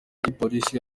gipolisi